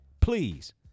Please